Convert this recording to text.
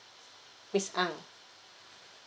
miss ang